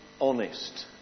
honest